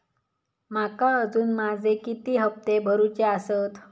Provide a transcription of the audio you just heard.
माका अजून माझे किती हप्ते भरूचे आसत?